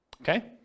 Okay